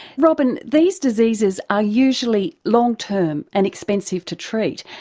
robyn, these diseases are usually long term and expensive to treat,